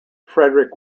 frederick